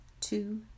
two